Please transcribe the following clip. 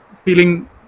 feeling